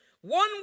One